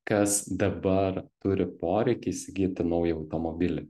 kas dabar turi poreikį įsigyti naują automobilį